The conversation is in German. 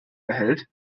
erhält